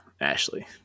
Ashley